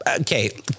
Okay